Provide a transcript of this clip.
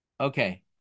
Okay